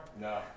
No